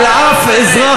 על שום אזרח